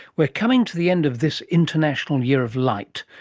we're coming to the end of this international year of light,